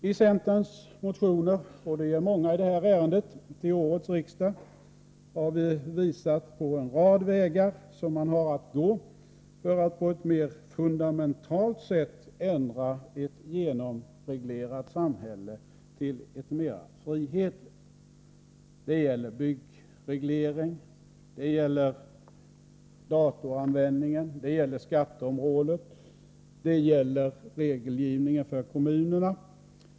I centerns motioner i det här ärendet till årets riksdag — och de är många — har vi visat på en rad vägar som man har att gå för att på ett mer fundamentalt sätt ändra ett genomreglerat samhälle till ett mera frihetligt. Det gäller byggregleringen, datoranvändningen, frågor inom skatteområdet, regelgivningen för kommunerna.